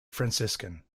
franciscan